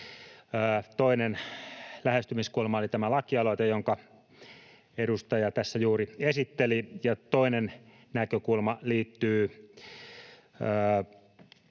Toinen lähestymiskulma oli tämä laki-aloite, jonka edustaja tässä juuri esitteli, ja toinen näkökulma liittyy